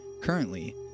Currently